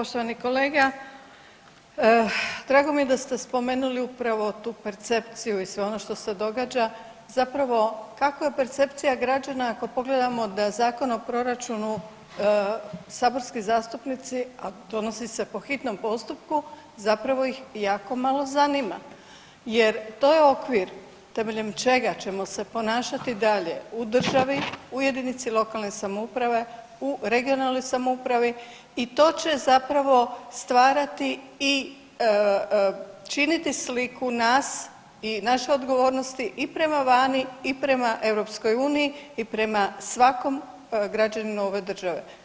Poštovani kolega, drago mi je da ste spomenuli upravo tu percepciju i sve ono što se događa, zapravo kakva je percepcija građana ako pogledamo da Zakon o proračunu saborski zastupnici, a donosi se po hitnom postupku, zapravo ih jako malo zanima jer to je okvir temeljem čega ćemo se ponašati dalje u državi, u jedinici lokalne samouprave, u regionalnoj samoupravi i to će zapravo stvarati i činiti sliku nas i naše odgovornosti i prema vani i prema EU i prema svakom građaninu ove države.